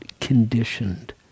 conditioned